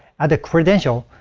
add a credential,